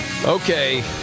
Okay